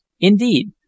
Indeed